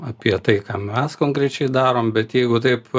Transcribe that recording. apie tai ką mes konkrečiai darom bet jeigu taip